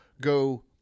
go